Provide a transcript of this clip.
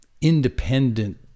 independent